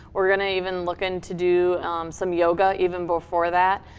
we're gonna even look into do some yoga, even before that.